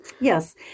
Yes